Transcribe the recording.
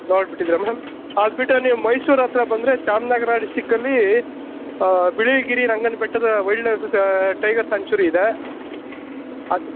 ನೋಡಿಬಿಟ್ಟಿದಿರಾ madam ಅದುಬಿಟ್ರೆ ನೀವು ಮೈಸೂರತ್ರ ಬಂದರೆ ಚಾಮನಗರ ಡಿಸ್ಟ್ರಿಕ್ಕಲ್ಲಿ ಬಿಳಿಗಿರಿ ರಂಗನ ಬೆಟ್ಟದ ವೈಲ್ಡ್ ಲೈಫ್ ಟೈಗರ್ ಸ್ಯಾಂಚುರಿ ಇದೆ